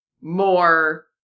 more